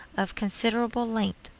of considerable length,